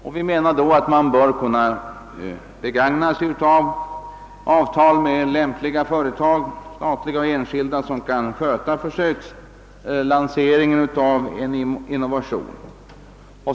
Man bör då kunna begagna sig av avtal med lämpliga företag — statliga och enskilda — som kan sköta försökslanseringen av en innovation.